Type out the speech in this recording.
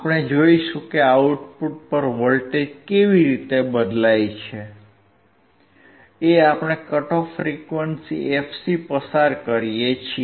આપણે જોઈશું કે આઉટપુટ પર વોલ્ટેજ કેવી રીતે બદલાય છે એ આપણે કટ ઓફ ફ્રીક્વન્સી fc પસાર કરીએ છીએ